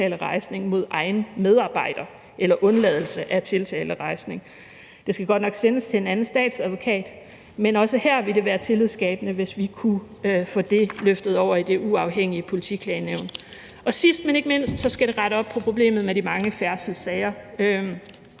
mod egen medarbejder eller undladelse af tiltalerejsning. Det skal godt nok sendes til en anden statsadvokat, men også her vil det være tillidsskabende, hvis vi kunne få det løftet over i det uafhængige politiklagenævn. Sidst, men ikke mindst, skal forslaget rette op på problemet med de mange færdselssager,